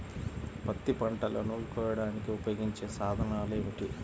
పత్తి పంటలను కోయడానికి ఉపయోగించే సాధనాలు ఏమిటీ?